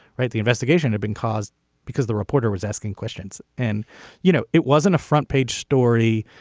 right. the investigation had been caused because the reporter was asking questions and you know it wasn't a front page story.